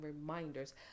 reminders